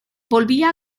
volvía